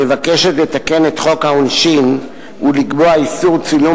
מבקשת לתקן את חוק העונשין ולקבוע איסור צילום